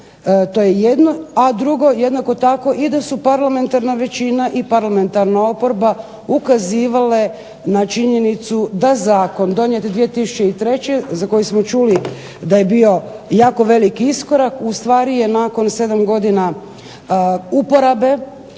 To je jedno. A drugo, jednako tako i da su parlamentarna većina i parlamentarna oporba ukazivale na činjenicu da zakon donijet 2003. za koji smo čuli da je bio jako veliki iskorak ustvari je nakon 7 godina uporabe